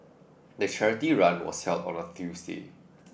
the charity run was held on a Tuesday